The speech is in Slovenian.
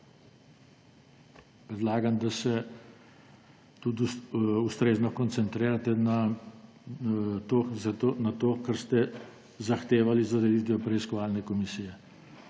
Predlagam, da se tudi ustrezno koncentrirate na to, kar ste zahtevali za odreditev preiskovalne komisije.